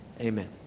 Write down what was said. amen